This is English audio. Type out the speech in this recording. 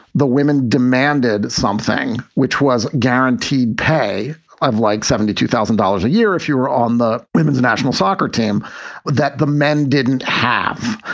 the women demanded something which was guaranteed pay of like seventy two thousand dollars a year if you were on the women's national soccer team that the men didn't have.